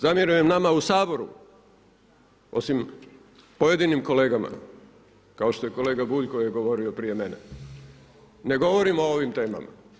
Zamjeram nama u Saboru osim pojedinim kolegama, kao što je kolega Bulj koji je govorio prije mene, ne govorimo o ovim temama.